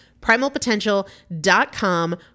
Primalpotential.com